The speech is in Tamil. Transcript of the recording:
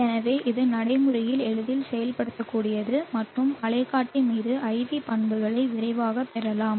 எனவே இது நடைமுறையில் எளிதில் செயல்படுத்தக்கூடியது மற்றும் அலைக்காட்டி மீது IV பண்புகளை விரைவாகப் பெறலாம்